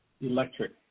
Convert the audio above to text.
electric